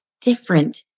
different